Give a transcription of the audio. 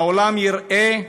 העולם יראה,